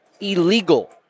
illegal